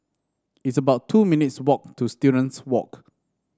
it's about two minutes walk to Students Walk